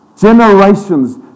Generations